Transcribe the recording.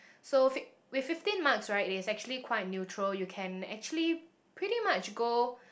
so fif~ with fifteen marks right there is actually quite neutral you can actually pretty much go